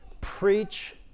Preach